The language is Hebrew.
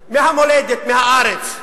מהמולדת, מהארץ,